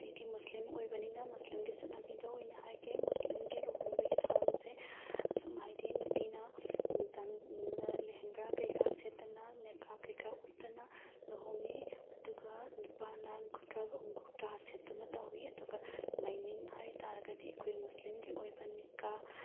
ꯑꯩꯗꯤ ꯃꯨꯁꯂꯤꯝ ꯑꯣꯏꯕꯅꯤꯅ ꯃꯨꯁꯂꯤꯝꯒꯤ ꯆꯠꯅꯕꯤꯗꯣ ꯑꯣꯏꯅ ꯍꯥꯏꯒꯦ ꯃꯨꯁꯂꯤꯝꯒꯤ ꯂꯨꯍꯣꯡꯕꯒꯤ ꯊꯧꯔꯝꯁꯦ ꯁꯨꯝ ꯍꯥꯏꯗꯤ ꯅꯨꯄꯤꯅ ꯂꯩꯍꯪꯒ꯭ꯔꯥ ꯀꯩꯀꯥ ꯁꯦꯠꯇꯅ ꯅꯦꯀꯥꯞ ꯀꯩꯀꯥ ꯎꯞꯇꯅ ꯂꯨꯍꯣꯡꯉꯤ ꯑꯗꯨꯒ ꯅꯨꯄꯥꯅ ꯀꯨꯔꯇꯥ ꯁꯦꯠꯇꯅ ꯇꯧꯋꯤ ꯑꯗꯨꯒ ꯂꯥꯏꯅꯤꯡ ꯍꯥꯏꯇꯥꯔꯒꯗꯤ ꯑꯩꯈꯣꯏ ꯃꯨꯁꯂꯤꯝꯒꯤ ꯑꯣꯏꯕ ꯅꯤꯀꯥ